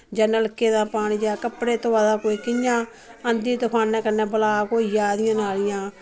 जां नलकें दा पानी जां कपड़े धोआ दा कोई कियां अंधी तुफाने कन्नै ब्लाक होई जा दिआं नालियां